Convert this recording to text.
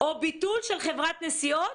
או ביטול של חברת נסיעות,